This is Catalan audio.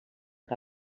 que